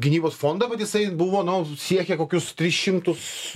gynybos fondą bet jisai buvo nu siekė kokius tris šimtus